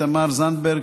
תמר זנדברג,